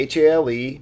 Hale